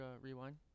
rewind